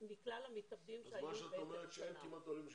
שאין כמעט עולים שמתאבדים?